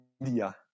media